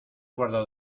guardado